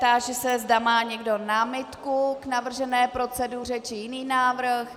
Táži se, zda má někdo námitku k navržené proceduře či jiný návrh.